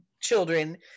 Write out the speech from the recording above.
children